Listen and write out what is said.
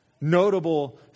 notable